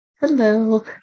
Hello